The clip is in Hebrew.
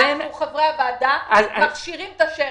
אנחנו, חברי הוועדה, מכשירים את השרץ.